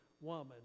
woman